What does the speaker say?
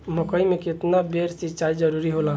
मकई मे केतना बेर सीचाई जरूरी होला?